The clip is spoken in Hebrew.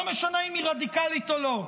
לא משנה אם היא רדיקלית או לא.